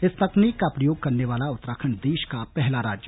इस तकनीक का प्रयोग करने वाला उत्तराखण्ड देश का पहला राज्य